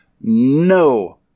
no